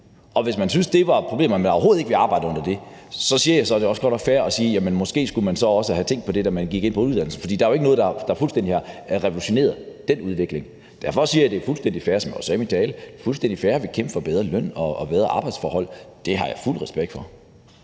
Og hvis man syntes, det var et problem, og man overhovedet ikke ville arbejde under det, så siger jeg, at det også blot er fair at sige, at man måske så også skulle jeg have tænkt på det, da man gik ind på uddannelsen. Der er jo ikke noget i den udvikling, der er fuldstændig revolutioneret. Derfor siger jeg, at det er fuldstændig fair, som jeg også sagde i min tale, at ville kæmpe for bedre løn og bedre arbejdsforhold. Det har jeg fuld respekt for.